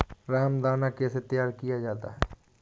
रामदाना कैसे तैयार किया जाता है?